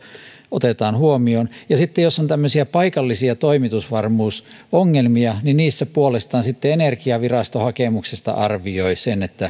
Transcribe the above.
otetaan huomioon ja sitten jos on tämmöisiä paikallisia toimitusvarmuusongelmia niin niissä puolestaan sitten energiavirasto hakemuksesta arvioi sen